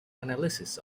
analysis